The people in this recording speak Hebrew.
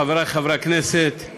של חבר הכנסת יעקב מרגי וקבוצת חברי הכנסת.